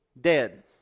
Dead